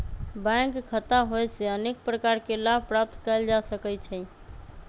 bank खता होयेसे अनेक प्रकार के लाभ प्राप्त कएल जा सकइ छै